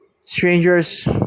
strangers